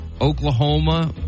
Oklahoma